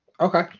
Okay